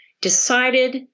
decided